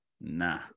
Nah